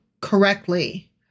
correctly